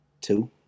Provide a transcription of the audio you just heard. Two